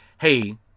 Hey